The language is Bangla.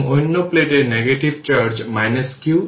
সুতরাং এটি ইনিশিয়াল কন্ডিশন যার কারণে এটি 0 লেখা হয়েছে